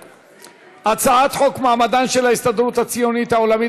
הצעת חוק מעמדן של ההסתדרות הציונית העולמית